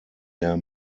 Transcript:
der